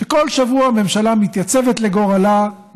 שכל שבוע הממשלה מתייצבת לגורלה,